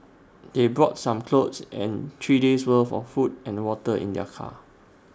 they brought some clothes and three days' worth of food and water in their car